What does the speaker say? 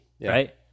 Right